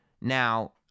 Now